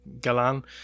Galan